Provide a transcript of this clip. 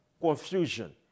confusion